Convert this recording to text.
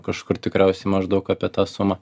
kažkur tikriausiai maždaug apie tą sumą